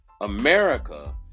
America